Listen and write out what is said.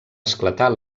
esclatar